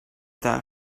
that